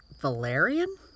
valerian